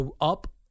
up